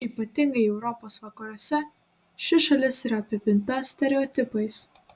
ypatingai europos vakaruose ši šalis yra apipinta stereotipais